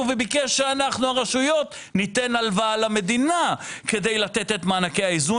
וביקש שאנחנו הרשויות ניתן הלוואה למדינה כדי לתת את מענקי האיזון.